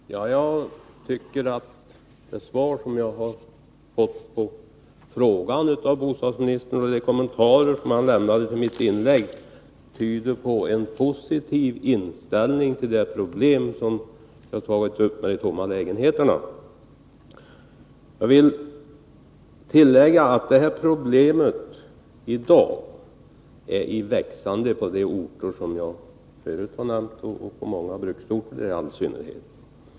Herr talman! Jag tycker att det svar på frågan som jag har fått av bostadsministern och de kommentarer som han lämnade till mitt inlägg tyder på en positiv inställning till det problem som jag tagit upp beträffande tomma lägenheter. Jag vill tillägga att detta problem i dag är i växande på de orter som jag förut nämnde och i all synnerhet på många bruksorter.